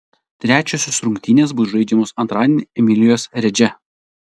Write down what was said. trečiosios rungtynės bus žaidžiamos antradienį emilijos redže